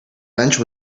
bench